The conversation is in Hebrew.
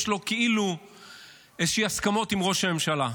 יש לו כאילו איזשהן הסכמות עם ראש הממשלה.